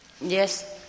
Yes